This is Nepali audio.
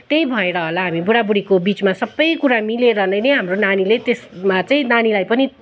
त्यही भएर होला हामी बुढा बुढीको बिचमा सबै कुरा मिलेर नै नि हाम्रो नानीले त्यसमा चाहिँ नानीलाई पनि